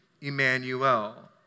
Emmanuel